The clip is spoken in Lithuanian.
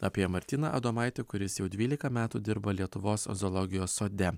apie martyną adomaitį kuris jau dvylika metų dirba lietuvos zoologijos sode